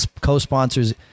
Co-sponsors